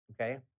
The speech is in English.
okay